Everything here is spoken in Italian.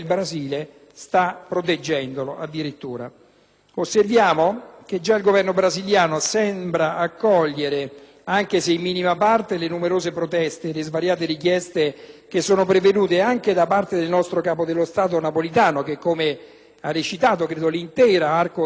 Osserviamo che già il Governo brasiliano sembra accogliere, benché in minima parte, le numerose proteste e le svariate richieste, pervenute anche da parte del nostro capo dello Stato, Napolitano, che accogliamo in pieno (come ha recitato, credo, l'intero arco istituzionale, a partire dal Popolo della Libertà,